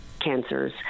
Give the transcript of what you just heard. cancers